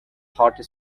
hot